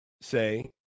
say